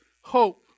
hope